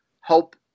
help